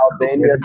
Albania